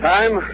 Time